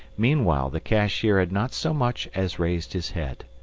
meanwhile, the cashier had not so much as raised his head.